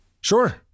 Sure